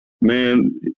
Man